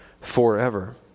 forever